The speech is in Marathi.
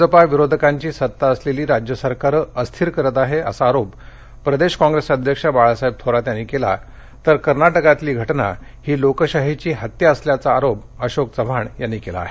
भाजपा विरोधकांची सत्ता असलेली राज्यसरकारं अस्थिर करतं आहे असा आरोप प्रदेश कॉप्रेस अध्यक्ष बाळासाहेब थोरात यांनी केला तर कर्नाटकातली घटना ही लोकशाहीची हत्त्या असल्याचा आरोप अशोक चव्हाण यांनी केला आहे